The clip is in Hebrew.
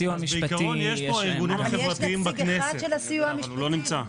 יש נציג אחד של הסיוע המשפטי?